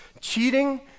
cheating